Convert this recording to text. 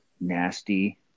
nasty